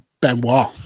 Benoit